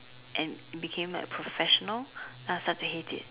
and became like a professional uh start to hate it